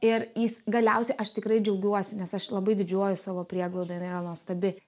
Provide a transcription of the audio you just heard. ir jis galiausiai aš tikrai džiaugiuosi nes aš labai didžiuojuos savo prieglauda ir jinai yra nuostabi